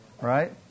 right